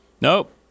Nope